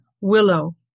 willow